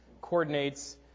coordinates